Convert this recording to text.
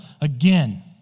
again